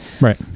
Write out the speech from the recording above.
Right